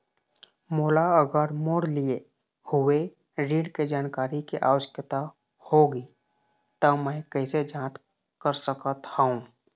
मोला अगर मोर लिए हुए ऋण के जानकारी के आवश्यकता होगी त मैं कैसे जांच सकत हव?